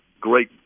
Great